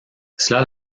cela